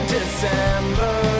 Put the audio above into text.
December